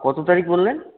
কত তারিখ বললেন